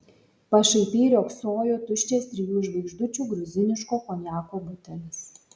pašaipiai riogsojo tuščias trijų žvaigždučių gruziniško konjako butelis